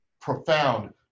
profound